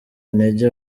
intege